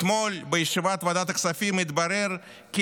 אתמול בישיבת ועדת הכספים התברר כי